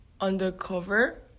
undercover